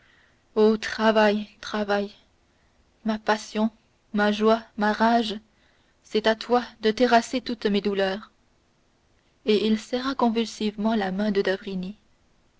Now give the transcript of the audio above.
travail travail ma passion ma joie ma rage c'est à toi de terrasser toutes mes douleurs et il serra convulsivement la main de d'avrigny